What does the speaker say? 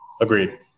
Agreed